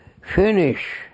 Finish